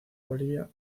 bolivia